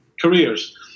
careers